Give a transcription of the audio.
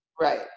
Right